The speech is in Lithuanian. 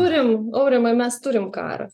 turim aurimai mes turim karą